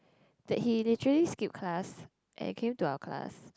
that he literally skipped class and came to our class